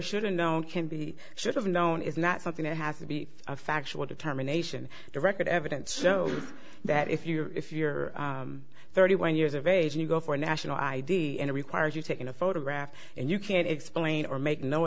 have known can be should have known is not something that has to be a factual determination to record evidence so that if you're if you're thirty one years of age and you go for national id and requires you taking a photograph and you can't explain or make no